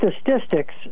statistics